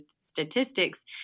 statistics